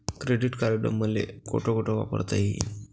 Credit card मले कोठ कोठ वापरता येईन?